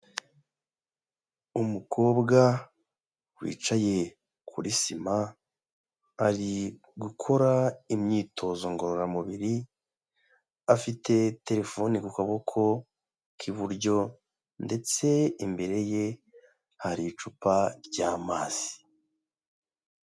Umukobwa wicaye kuri sima, ari gukora imyitozo ngororamubiri, afite terefone ku kaboko k'iburyo ndetse imbere ye, hari icupa ry'amazi.